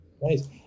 Nice